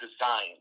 design